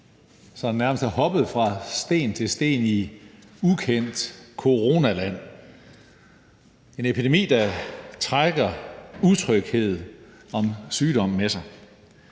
vi sådan nærmest er hoppet fra sten til sten i ukendt coronaland – en epidemi, der trækker utryghed om sygdom med sig.